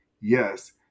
yes